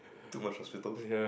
too much hospitals